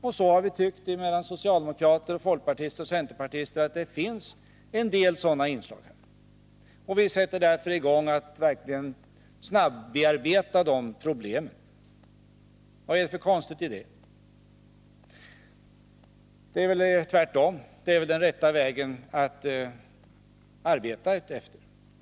Vi folkpartister, centerpartister och socialdemokrater har tyckt att det finns en del sådana inslag i denna reform. Vi sätter därför i gång att verkligt snabbt bearbeta de problemen. Vad är det för konstigt med det? Det är tvärtom den rätta vägen att arbeta.